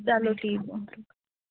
چلو ٹھیٖک